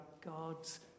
God's